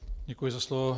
Děkuji za slovo.